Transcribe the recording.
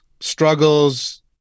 struggles